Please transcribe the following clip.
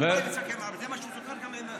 זה מה שסוכם.